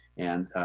and